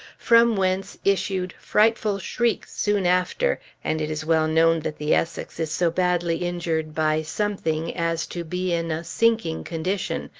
from whence issued frightful shrieks soon after, and it is well known that the essex is so badly injured by something as to be in a sinking condition,